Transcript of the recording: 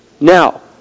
Now